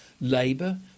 labour